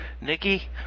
Nikki